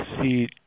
see